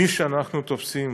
מי שאנחנו תופסים,